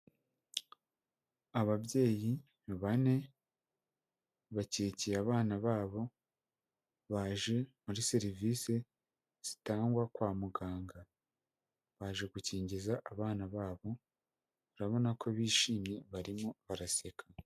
Ababyeyi bane, bakikiye abana babo, baje muri serivise zitangwa kwa muganga. Baje gukingiza abana babo, urabona ko bishimye, barimo baraseka.